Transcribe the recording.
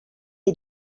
est